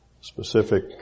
specific